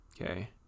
okay